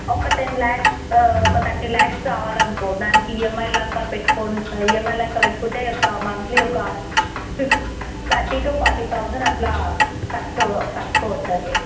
ఒక టెన్ లాక్స్ ఒక థర్టీ లాక్స్ కావాలి అనుకో దానికి ఈఎమ్ఐ లెక్కపెట్టుకో ఈఎమ్ఐ లెక్క పెట్టుకుంటే ఒక మంత్లీ ఒక ఫిఫ్ థర్టీ టు ఫార్టీ అట్లా కట్టుకో కట్టుకోవచ్చు అది